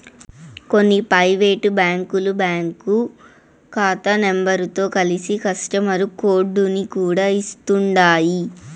కొన్ని పైవేటు బ్యాంకులు బ్యాంకు కాతా నెంబరుతో కలిసి కస్టమరు కోడుని కూడా ఇస్తుండాయ్